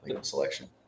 selection